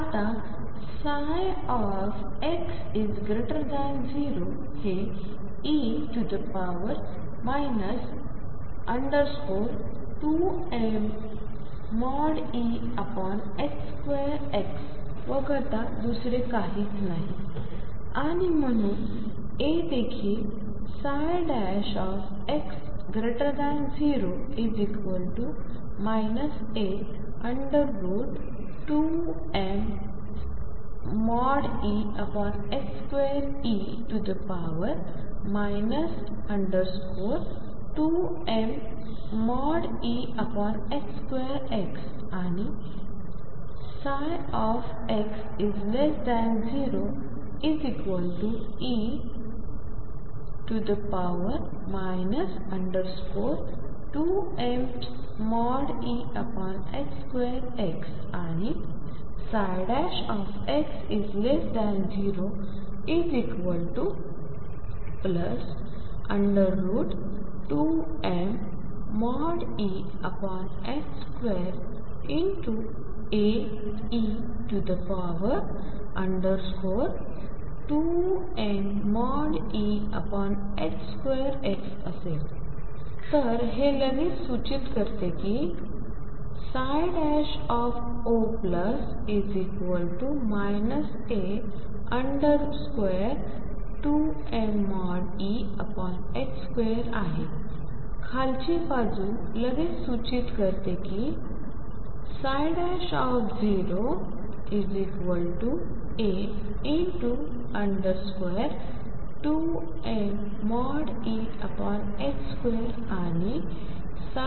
आता x0 हे e 2mE2x वगळता दुसरे काहीच नाही आणि म्हणून A देखील x0 A2mE2e 2mE2x आणि x0Ae2mE2x आणि x02mE2Ae2mE2x असेल तर हे लगेच सूचित करते की 0 A2mE 2 आहे खालची बाजू लगेच सूचित करते की0 A2mE2आणि अर्थातच A